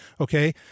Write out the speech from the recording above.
Okay